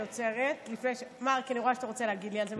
אני עוצרת כי אני רואה שאתה רוצה להגיד לי על זה משהו.